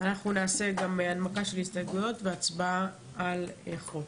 אנחנו נעשה גם הנמקה של הסתייגויות וגם הצבעה על החוק.